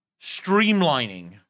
streamlining